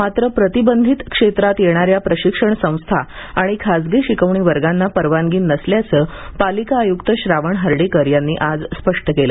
मात्र प्रतिबंधित क्षेत्रात येणाऱ्या प्रशिक्षण संस्था आणि खाजगी शिकवणी वर्गांना परवानगी नसल्याचं पालिका आय्क्त श्रावण हर्डीकर यांनी आज स्पष्ट केलं